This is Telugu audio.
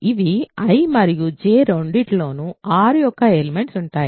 ఇవి I మరియు J రెండింటిలోనూ R యొక్క ఎలిమెంట్స్ ఉంటాయి